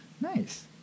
Nice